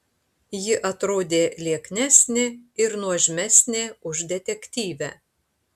ji atrodė lieknesnė ir nuožmesnė už detektyvę